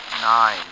Nine